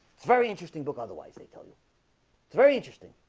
it's very interesting book, otherwise they tell you it's very interesting